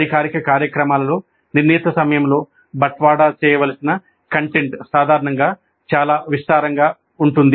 అధికారిక కార్యక్రమాలలో నిర్ణీత సమయంలో బట్వాడా చేయవలసిన కంటెంట్ సాధారణంగా చాలా విస్తారంగా ఉంటుంది